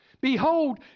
Behold